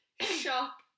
shop